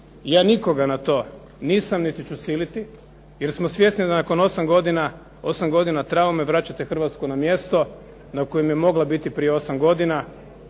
Ja nikoga na to nisam niti ću siliti. Jer smo svjesni da nakon 8 godina traume vraćate Hrvatsku na mjesto na kojem je mogla biti prije 8 godina,